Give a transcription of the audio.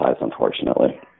unfortunately